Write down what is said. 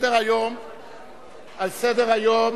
על סדר-היום: